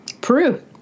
peru